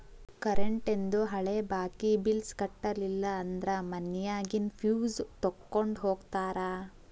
ಕರೆಂಟೇಂದು ಹಳೆ ಬಾಕಿ ಬಿಲ್ಸ್ ಕಟ್ಟಲಿಲ್ಲ ಅಂದ್ರ ಮನ್ಯಾಗಿನ್ ಫ್ಯೂಸ್ ತೊಕ್ಕೊಂಡ್ ಹೋಗ್ತಾರಾ